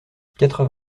quatre